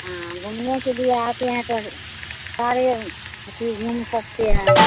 हाँ घूमने के लिए आते हैं पर सारे अथी घूम सकते हैं